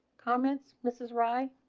comments. this is ry